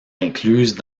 incluses